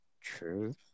True